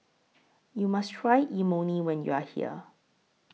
YOU must Try Imoni when YOU Are here